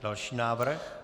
Další návrh.